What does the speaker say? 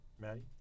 Maddie